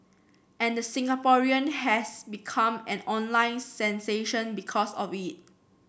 and the Singaporean has become an online sensation because of it